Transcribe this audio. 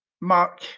Mark